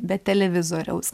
be televizoriaus